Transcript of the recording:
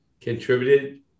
contributed